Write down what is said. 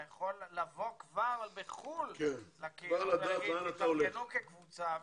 יכול כבר לבוא בחוץ לארץ לקהילה ולומר לה להתארגן כקבוצה ותגיע.